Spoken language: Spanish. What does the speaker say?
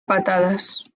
patadas